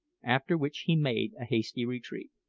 after which he made a hasty retreat.